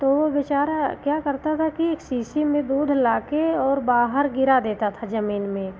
तो वह बेचारा क्या करता था कि एक सीसी में दूध लाकर और बाहर गिरा देता था ज़मीन में